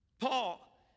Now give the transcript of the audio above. Paul